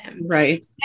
Right